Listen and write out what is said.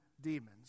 demons